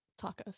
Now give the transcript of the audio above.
Tacos